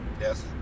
yes